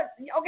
Okay